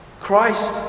Christ